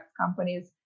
companies